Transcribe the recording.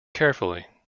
carefully